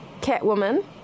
Catwoman